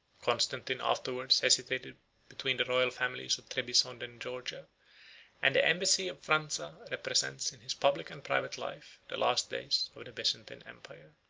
constantine afterwards hesitated between the royal families of trebizond and georgia and the embassy of phranza represents in his public and private life the last days of the byzantine empire.